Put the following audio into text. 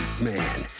man